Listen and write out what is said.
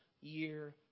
year